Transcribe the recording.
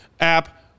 app